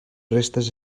restes